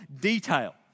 detail